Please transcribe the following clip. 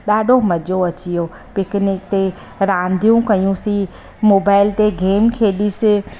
ॾाढो मज़ो अची वियो पिकनिक ते रांधियूं कयोसीं मोबाइल ते गेम खेॾासीं